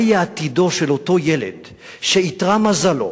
מה יהיה עתידו של אותו ילד שאיתרע מזלו